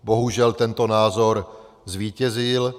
Bohužel tento názor zvítězil.